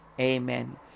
Amen